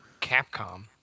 capcom